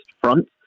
front